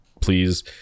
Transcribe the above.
please